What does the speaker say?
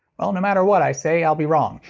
well, no matter what i say i'll be wrong.